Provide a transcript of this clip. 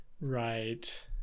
Right